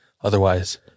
Otherwise